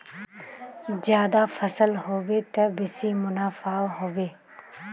ज्यादा फसल ह बे त बेसी मुनाफाओ ह बे